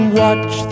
watch